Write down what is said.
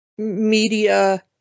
media